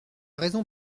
raison